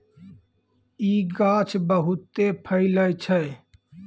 इ गाछ बहुते फैलै छै